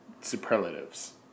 superlatives